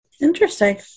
Interesting